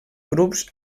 grups